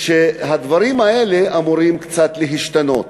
והדברים האלה אמורים קצת להשתנות.